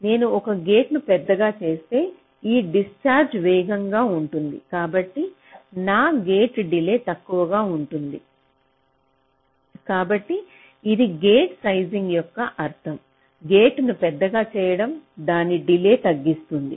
నేను ఒక గేటును పెద్దగా చేస్తే ఈ డిస్ఛార్జ వేగంగా ఉంటుంది కాబట్టి నా గేట్ డిలే తక్కువగా ఉంటుంది కాబట్టి ఇది గేట్ సైజింగ్ యొక్క అర్థం గేటును పెద్దగా చేయడం దాని డిలేన్ని తగ్గిస్తుంది